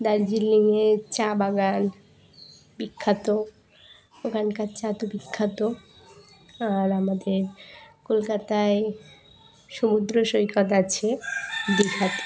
দার্জিলিংয়য়ে চা বাগান বিখ্যাত ওখানকার চা তো বিখ্যাত আর আমাদের কলকাতায় সমুদ্র সৈকত আছে দীঘাতে